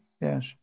Yes